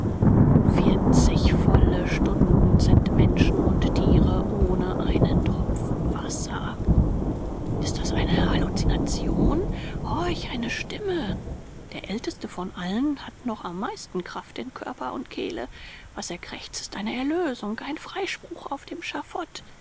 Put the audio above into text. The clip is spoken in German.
vierzig volle stunden sind menschen und tiere ohne einen tropfen wasser ist das eine halluzination horch eine stimme der älteste von allen hat noch am meisten kraft in körper und kehle was er krächzt ist eine erlösung ein freispruch auf dem